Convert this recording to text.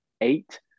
eight